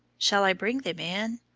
shall i bring them in?